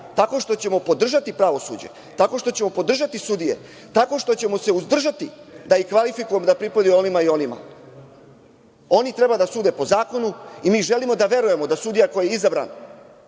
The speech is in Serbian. tako što ćemo podržati pravosuđe, tako što ćemo podržati sudije, tako što ćemo se uzdržati da ih kvalifikujemo da pripadaju ovima i onima. Oni treba da sude po zakonu i mi želimo da verujemo da sudija koji je izabran